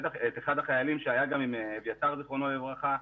את אחד החיילים שהיה עם אביתר זיכרונו לברכה,